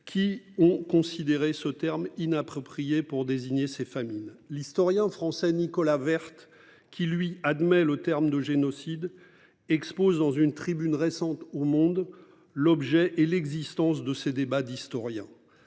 qui ont considéré ce terme inapproprié pour désigner ces familles l'historien français Nicolas Werth qui lui, admet le terme de génocide. Expose dans une tribune récente au monde l'objet et l'existence de ces débats d'historiens.